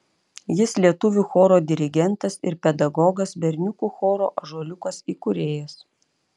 jis lietuvių choro dirigentas ir pedagogas berniukų choro ąžuoliukas įkūrėjas